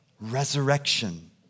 resurrection